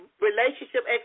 relationship